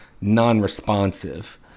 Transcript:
non-responsive